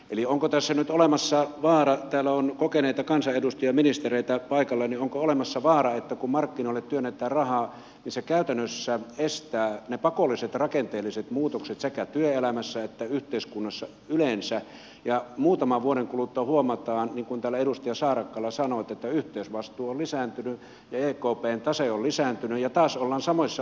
eli onko tässä nyt olemassa vaara täällä on kokeneita kansanedustajia ja ministereitä paikalla että kun markkinoille työnnetään rahaa niin se käytännössä estää ne pakolliset rakenteelliset muutokset sekä työelämässä että yhteiskunnassa yleensä ja muutaman vuoden kuluttua huomataan niin kuin täällä edustaja saarakkala sanoi että yhteisvastuu on lisääntynyt ja ekpn tase on lisääntynyt ja taas ollaan samoissa ongelmissa